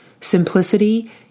Simplicity